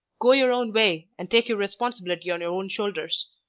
go your own way, and take your responsibility on your own shoulders.